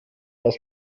das